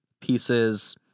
pieces